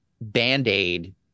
Band-Aid